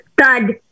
thud